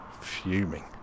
fuming